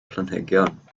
planhigion